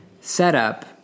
setup